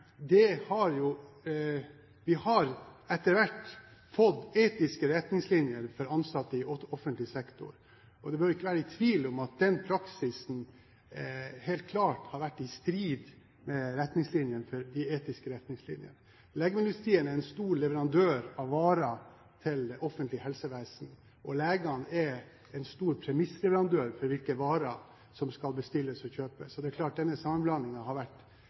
ansatte i offentlig sektor, og det bør ikke være tvil om at den praksisen helt klart har vært i strid med de etiske retningslinjene. Legemiddelindustrien er en stor leverandør av varer til offentlig helsevesen, og legene er en stor premissleverandør for hvilke varer som skal bestilles og kjøpes. Så det er klart at denne sammenblandingen har vært